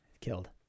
Killed